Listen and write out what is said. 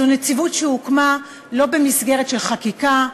זו נציבות שהוקמה לא במסגרת של חקיקה,